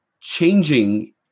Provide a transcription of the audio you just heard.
changing